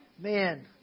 Man